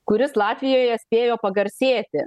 kuris latvijoje spėjo pagarsėti